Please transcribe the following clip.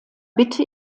bitte